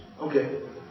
Okay